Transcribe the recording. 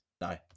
No